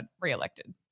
reelected